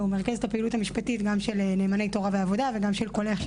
ומרכז את הפעילות המשפטית גם של נאמני תורה ועבודה וגם של פורום קולך,